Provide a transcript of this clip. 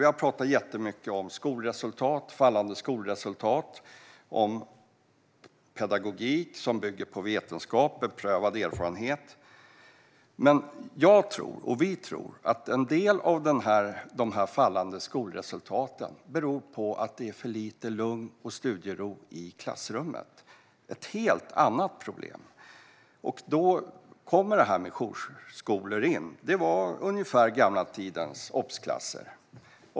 Vi har talat jättemycket om fallande skolresultat och om pedagogik som bygger på vetenskap och beprövad erfarenhet. Men vi tror att en del av dessa fallande skolresultat beror på att det är för lite lugn och studiero i klassrummet. Det är ett helt annat problem. Då kommer detta med jourskolor in. De är ungefär som den gamla tidens obsklasser.